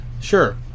sure